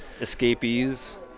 escapees